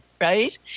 right